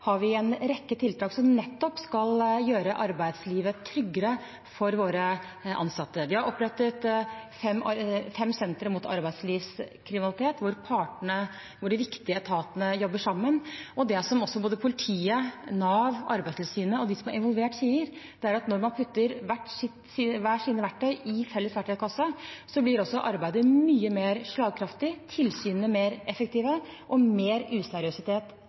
har vi en rekke tiltak som nettopp skal gjøre arbeidslivet tryggere for våre ansatte. Vi har opprettet fem sentre mot arbeidslivskriminalitet hvor de viktige etatene jobber sammen. Og det som både politiet, Nav, Arbeidstilsynet og de som er involvert, sier, er at når man putter hvert sitt verktøy i en felles verktøykasse, blir også arbeidet mye mer slagkraftig, tilsynene mer effektive, og mer useriøsitet